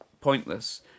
pointless